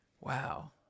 Wow